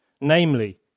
namely